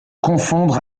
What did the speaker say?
confondre